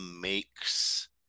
makes